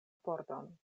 pordon